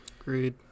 Agreed